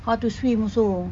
how to swim also